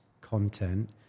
content